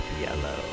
yellow